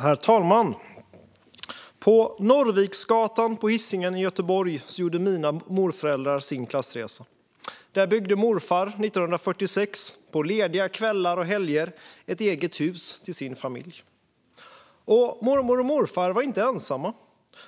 Herr talman! På Norrviksgatan på Hisingen i Göteborg gjorde mina morföräldrar sin klassresa. Där byggde morfar 1946, på lediga kvällar och helger, ett eget hus till sin familj. Och mormor och morfar var inte ensamma.